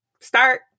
start